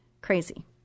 crazy